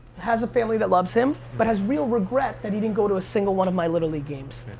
has a family that loves him, but has real regret that he didn't go to a single one of my little league games,